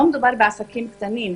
לא מדובר בעסקים קטנים.